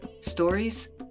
stories